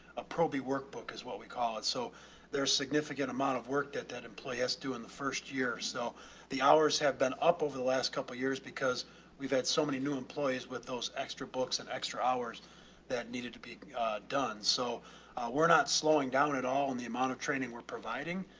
a probie workbook as well, we call it. so there's significant amount of work that that employee has to in the first year. so the hours have been up over the last couple of years because we've had so many new employees with those extra books and extra hours that needed to be done. so we're not slowing down at all. and the amount of training we're providing,